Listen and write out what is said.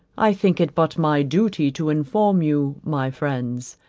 i think it but my duty to inform you, my friends,